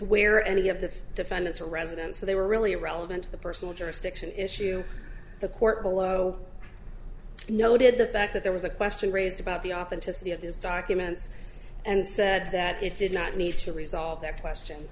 where any of the defendants were resident so they were really relevant to the personal jurisdiction issue the court below noted the fact that there was a question raised about the authenticity of these documents and said that it did not need to resolve their question